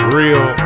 real